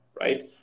right